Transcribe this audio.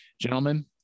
gentlemen